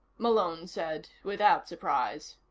malone said without surprise.